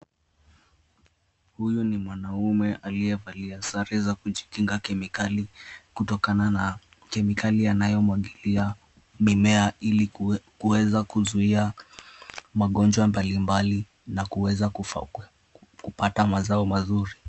Huyu ni mwanaume aliyevalia sare za kujinga kemikali kutokana na kemikali anayomwagilia mimea ili kuweza kuzuia magonjwa mbalimbali na kuweza kupata mazao mazuri.